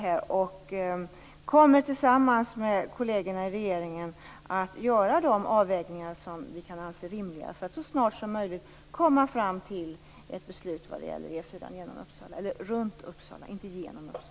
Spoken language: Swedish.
Jag kommer tillsammans med kollegerna i regeringen att göra de avvägningar som vi anser rimliga för att så snart som möjligt komma fram till ett beslut vad det gäller E 4:an runt Uppsala. Den går inte genom Uppsala.